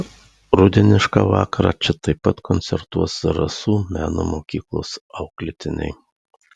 rudenišką vakarą čia taip pat koncertuos zarasų meno mokyklos auklėtiniai